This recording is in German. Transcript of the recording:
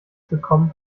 bekommen